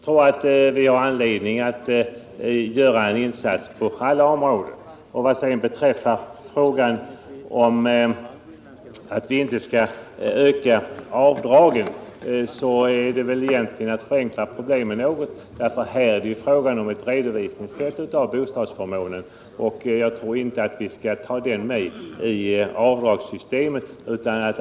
När herr Carlstein säger att vi inte skall öka antalet avdrag, är det väl att förenkla problemet något. Här är det ju frågan om ett sätt att redovisa bostadsförmånen, och jag tror inte att vi skall ta med det i avdragssystemet.